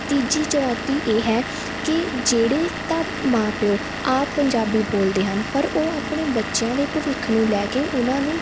ਤੀਜੀ ਚੁਣੌਤੀ ਇਹ ਹੈ ਕਿ ਜਿਹੜੇ ਤਾਂ ਮਾਂ ਪਿਓ ਆਪ ਪੰਜਾਬੀ ਬੋਲਦੇ ਹਨ ਪਰ ਉਹ ਆਪਣੇ ਬੱਚਿਆਂ ਦੇ ਭਵਿੱਖ ਨੂੰ ਲੈ ਕੇ ਉਨ੍ਹਾਂ ਨੂੰ